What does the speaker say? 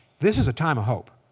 this is a time of hope.